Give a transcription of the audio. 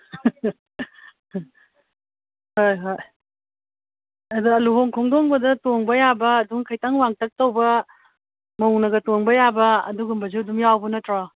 ꯍꯣꯏ ꯍꯣꯏ ꯑꯗꯣ ꯂꯨꯍꯣꯡ ꯈꯣꯡꯗꯣꯡꯕꯗ ꯇꯣꯡꯕ ꯌꯥꯕ ꯑꯗꯨꯝ ꯈꯤꯇꯪ ꯋꯥꯡꯇꯛ ꯇꯧꯕ ꯃꯧꯅꯒ ꯇꯣꯡꯕ ꯌꯥꯕ ꯑꯗꯨꯒꯨꯝꯕꯁꯨ ꯑꯗꯨꯝ ꯌꯥꯎꯕ ꯅꯠꯇ꯭ꯔꯣ